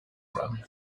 run